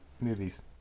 movies